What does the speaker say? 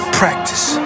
practice